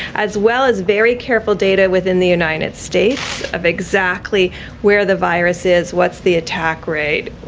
as well as very careful data within the united states of exactly where the virus is. what's the attack rate?